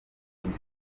klopp